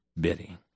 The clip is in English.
bidding